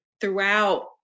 throughout